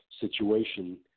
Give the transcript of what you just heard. situation